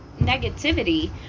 negativity